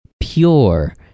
pure